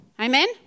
Amen